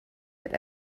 had